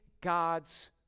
God's